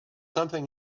something